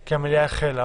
כי המליאה החלה.